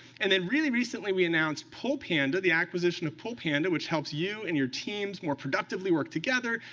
and then really really we announced pull panda the acquisition of pull panda, which helps you and your teams more productively work together,